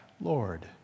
Lord